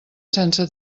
sense